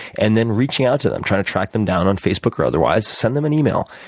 and then reaching out to them trying to track them down on facebook or otherwise. send them an email.